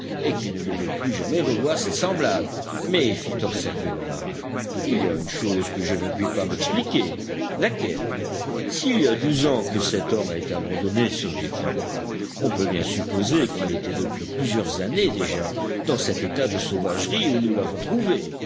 et qu'il ne devait plus jamais revoir ses semblables mais fit observer le marin il y a une chose que je ne puis pas m'expliquer laquelle s'il y a douze ans que cet homme a été abandonné sur l'île tabor on peut bien supposer qu'il était depuis plusieurs années déjà dans cet état de sauvagerie où nous l'avons trouvé